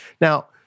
Now